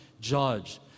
judge